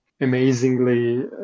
amazingly